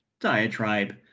diatribe